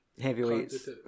Heavyweights